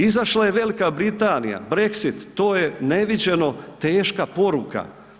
Izašla je Velika Britanija, Brexit to je neviđeno teška poruka.